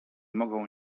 mogą